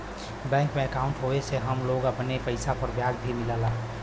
bank में अंकाउट होये से हम लोग अपने पइसा पर ब्याज भी मिलला